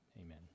Amen